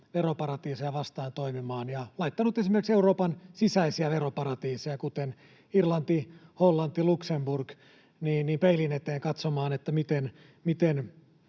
veroparatiiseja vastaan ja laittanut esimerkiksi Euroopan sisäisiä veroparatiiseja, kuten Irlanti, Hollanti, Luxemburg, peilin eteen katsomaan, miten